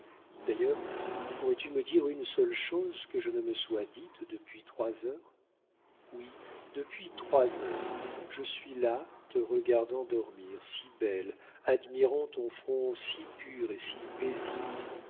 d'ailleurs pourrais-tu me dire une seule chose que je ne me sois dite depuis trois heures oui depuis trois heures je suis là te regardant dormir si belle admirant ton front si pur et si paisible